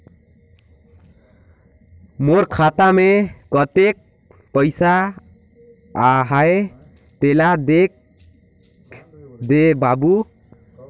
मोर खाता मे कतेक पइसा आहाय तेला देख दे बाबु?